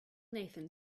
nathan